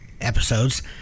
episodes